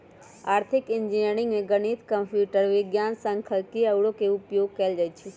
आर्थिक इंजीनियरिंग में गणित, कंप्यूटर विज्ञान, सांख्यिकी आउरो के उपयोग कएल जाइ छै